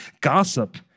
gossip